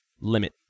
limit